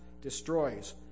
destroys